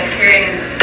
Experience